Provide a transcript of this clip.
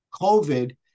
COVID